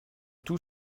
tout